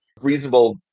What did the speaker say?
reasonable